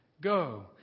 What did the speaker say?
Go